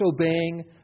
obeying